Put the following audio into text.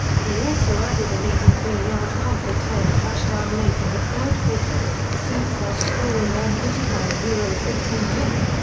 he also added an eighty three yard punt return touchdown late in the third quarter, the saints' last score in their forty five yeah fourteen win.